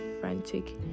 frantic